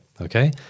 okay